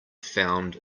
found